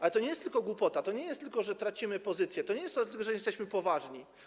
Ale to nie jest tylko głupota, to nie jest tylko to, że tracimy pozycję, to nie jest tylko to, czy jesteśmy poważni.